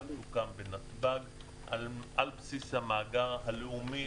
תוקם בנתב"ג על בסיס המאגר הלאומי,